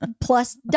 plus